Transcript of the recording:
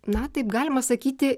na taip galima sakyti